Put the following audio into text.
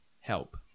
help